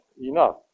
enough